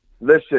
listen